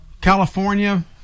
california